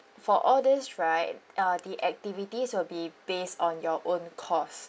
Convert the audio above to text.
for all these right uh the activities will be based on your own course